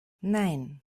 nein